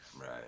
Right